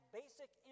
basic